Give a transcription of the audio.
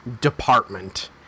Department